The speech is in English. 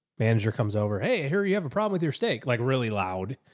manager comes over. hey, here are you have a problem with your steak? like really loud.